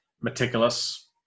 meticulous